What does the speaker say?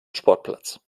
sportplatz